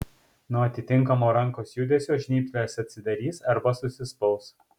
nuo atitinkamo rankos judesio žnyplės atsidarys arba susispaus